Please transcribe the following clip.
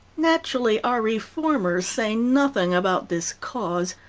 naturally our reformers say nothing about this cause.